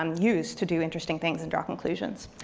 um use to do interesting things and draw conclusions,